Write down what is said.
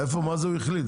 איפה מה זה הוא החליט?